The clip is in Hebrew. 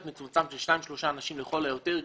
מצומצם של שניים-שלושה אנשים לכל היותר.